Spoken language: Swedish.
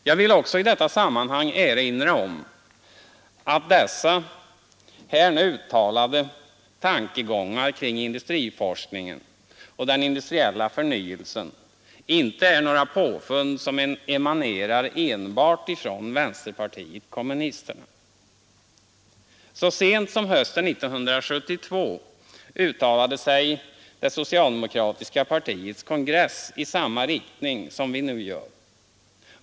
Jag vill i detta sammanhang erinra om att dessa här utvecklade tankegångar kring industriforskningen och den industriella förnyelsen inte är några påfund som emanerar enbart från vänsterpartiet kommunisterna. Så sent som på hösten 1972 uttalade sig det socialdemokratiska partiets kongress i samma riktning som vi nu gör.